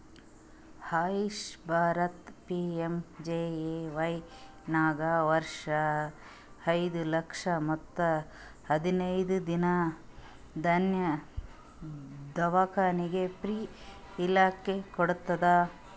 AYUSH Bharat PMJAY ನಾಗ್ ವರ್ಷ ಐಯ್ದ ಲಕ್ಷ ಮತ್ ಹದಿನೈದು ದಿನಾ ದವ್ಖಾನ್ಯಾಗ್ ಫ್ರೀ ಇರ್ಲಕ್ ಕೋಡ್ತುದ್